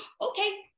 okay